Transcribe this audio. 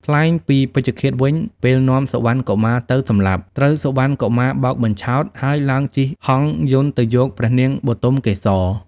ថ្លែងពីពេជ្ឈឃាតវិញ ពេលនាំសុវណ្ណកុមារទៅសម្លាប់ ត្រូវសុវណ្ណកុមារបោកបញ្ឆោត ហើយឡើងជិះហង្សយន្តទៅយកព្រះនាងបុទមកេសរ។